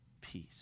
peace